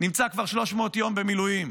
נמצא כבר 300 יום במילואים,